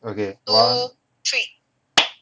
okay one